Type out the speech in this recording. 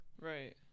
Right